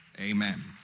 amen